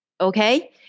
okay